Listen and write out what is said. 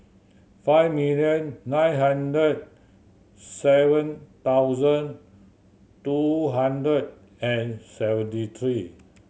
five million nine hundred seven thousand two hundred and seventy three